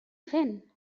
fent